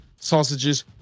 sausages